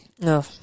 No